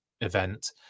event